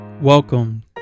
Welcome